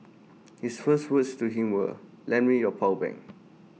his first words to him were lend me your power bank